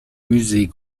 musée